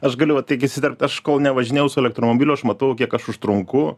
aš galiu va tik įsiterpt aš kol nevažinėjau su elektromobiliu aš matau kiek aš užtrunku